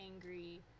angry